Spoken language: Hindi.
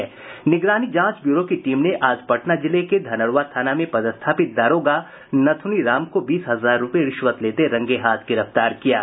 निगरानी जांच ब्यूरो की टीम ने आज पटना जिले के धनरूआ थाना में पदस्थापित दारोगा नथ्ननी राम को बीस हजार रुपये रिश्वत लेते हुए रंगे हाथ गिरफ्तार किया है